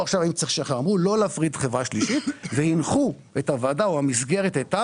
אמרו לא להפריד חברה שלישית והנחו את הוועדה או המסגרת הייתה